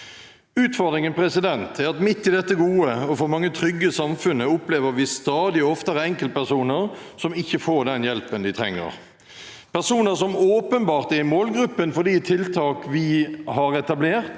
Utfordringen er at midt i dette gode og for mange trygge samfunnet opplever vi stadig oftere enkeltpersoner som ikke får den hjelpen de trenger. Personer som åpenbart er i målgruppen for de tiltak vi har etablert,